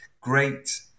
great